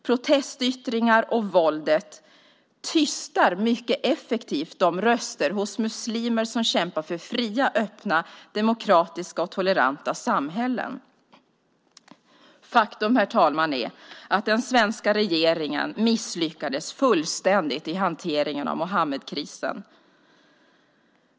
Protestyttringar och våld tystar mycket effektivt de röster hos muslimer som kämpar för fria, öppna, demokratiska och toleranta samhällen. Faktum är, herr talman, att den svenska regeringen misslyckades fullständigt i hanteringen av Muhammedkrisen.